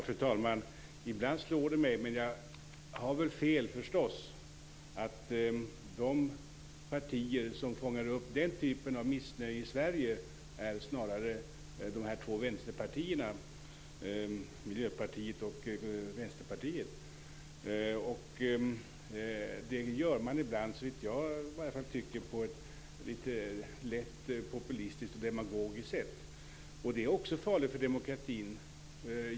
Fru talman! Ibland slår det mig - men jag har väl fel - att de partier som fångar upp den typen av missnöje i Sverige snarare är de två vänsterpartierna, Miljöpartiet och Vänsterpartiet. Det gör de ibland, som jag tycker, på ett lätt populistiskt och demagogiskt sätt. Det är också farligt för demokratin.